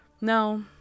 No